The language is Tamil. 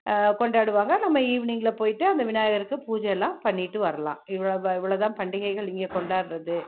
கொண்டாடுவாங்க நம்ம ஈவினிங்கில் போயிட்டு அந்த விநாயகருக்கு பூஜை எல்லாம் பண்ணிட்டு வரலாம் இவ்வளோதான் இவ்வளோதான் பண்டிகைகள் இங்கே கொண்டாடுறது